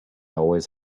always